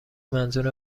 منظور